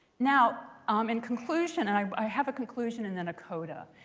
now um in conclusion and i i have a conclusion and then a coda.